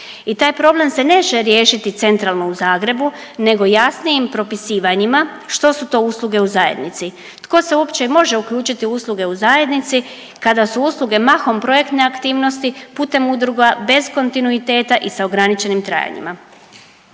I taj problem se neće riješiti centralo u Zagrebu, nego jasnijim propisivanjima što su to usluge u zajednici, tko se uopće i može uključiti u usluge u zajednici kada su usluge mahom projektne aktivnosti putem udruga bez kontinuiteta i sa ograničenim trajanjima.